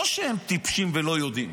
לא שהם טיפשים ולא יודעים.